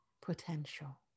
potential